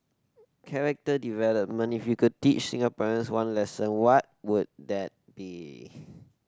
character development if you could teach Singaporeans one lesson what would that be